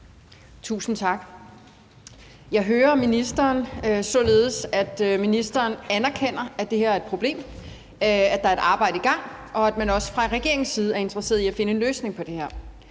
Tusind tak. Jeg hører ministeren således, at ministeren anerkender, at det her er et problem, at der er et arbejde i gang, og at man også fra regeringens side er interesseret i at finde en løsning på det her.